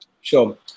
Sure